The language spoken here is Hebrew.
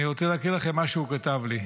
אני רוצה להקריא לכם מה שהוא כתב לי: